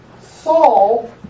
Saul